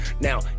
Now